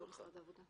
לא משרד העבודה.